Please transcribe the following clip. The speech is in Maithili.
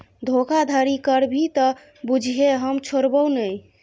धोखाधड़ी करभी त बुझिये हम छोड़बौ नै